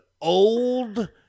old